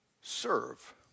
serve